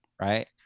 right